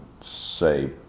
say